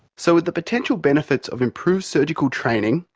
so with the potential benefits of improved surgical training,